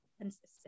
consistent